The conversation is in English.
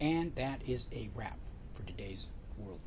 and that is a wrap for today's world